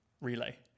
relay